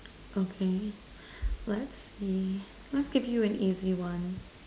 okay let's see let's give you an easy one